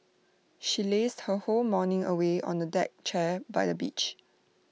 she lazed her whole morning away on A deck chair by the beach